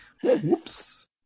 Whoops